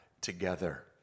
together